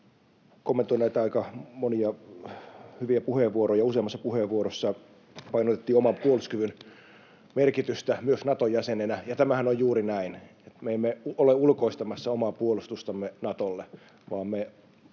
kommentoin näitä aika monia hyviä puheenvuoroja: Useammassa puheenvuorossa painotettiin oman puolustuskyvyn merkitystä myös Nato-jäsenenä, ja tämähän on juuri näin, että me emme ole ulkoistamassa omaa puolustustamme Natolle, vaan me